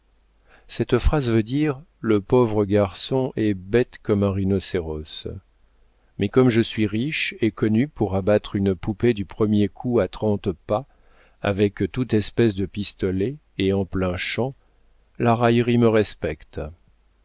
cette phrase veut dire le pauvre garçon est bête comme un rhinocéros mais comme je suis riche et connu pour abattre une poupée du premier coup à trente pas avec toute espèce de pistolet et en plein champ la raillerie me respecte